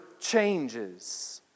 changes